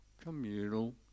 communal